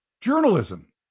journalism